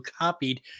copied